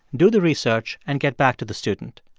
do the research and get back to the student.